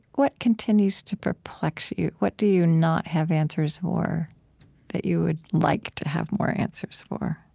what continues to perplex you? what do you not have answers for that you would like to have more answers for?